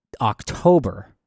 October